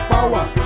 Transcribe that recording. Power